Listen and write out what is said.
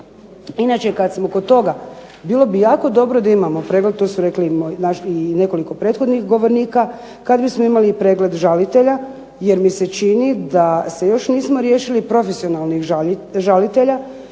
Inače kada smo kod toga, bilo bi jako dobro da imamo pregled, to su rekli i nekoliko prethodnih govornika, kada bismo imali pregled žalitelja, jer mi se čini da se još nismo riješili profesionalnih žalitelja